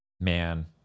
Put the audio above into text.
man